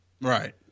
right